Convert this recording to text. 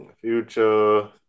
future